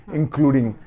including